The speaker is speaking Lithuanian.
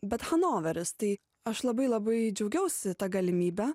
bet hanoveris tai aš labai labai džiaugiausi ta galimybe